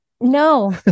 No